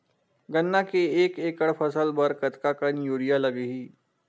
गन्ना के एक एकड़ फसल बर कतका कन यूरिया लगही?